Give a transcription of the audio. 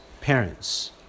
parents